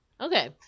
Okay